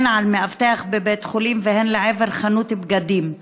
הן על מאבטח בבית חולים והן לעבר חנות בגדים,